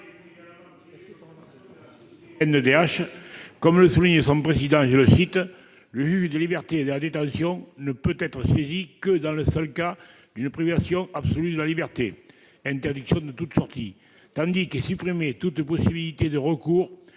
Comme le souligne son président, « le juge des libertés et de la détention ne peut être saisi que dans le seul cas d'une privation absolue de la liberté », lorsque toute sortie est interdite, tandis qu'est supprimée toute possibilité de recours